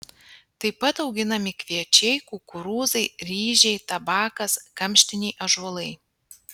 tai pat auginami kviečiai kukurūzai ryžiai tabakas kamštiniai ąžuolai